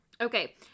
Okay